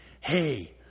Hey